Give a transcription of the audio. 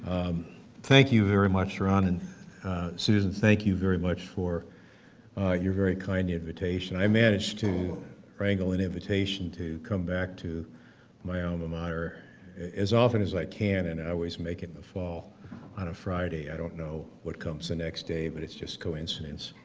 thank you very much, ron, and susan, thank you very much for your very kind invitation. i managed to wrangle an invitation to come back to my alma mater as often as i can, and i always make it the fall on a friday, i don't know what comes the next day, but it's just coincidence.